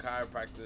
chiropractor